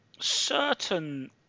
certain